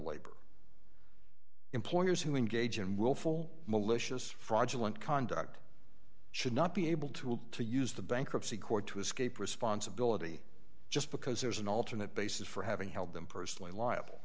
labor employers who engage in willful malicious fraudulent conduct should not be able to to use the bankruptcy court to escape responsibility just because there's an alternate basis for having held them personally liable